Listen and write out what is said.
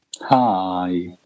hi